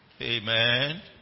Amen